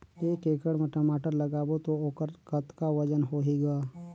एक एकड़ म टमाटर लगाबो तो ओकर कतका वजन होही ग?